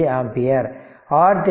25 ampere